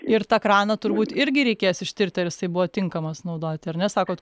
ir tą kraną turbūt irgi reikės ištirt ar jisai buvo tinkamas naudoti ar ne sakot